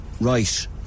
Right